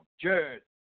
Jared